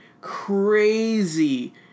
crazy